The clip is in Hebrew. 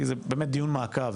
כי זה באמת דיון מעקב,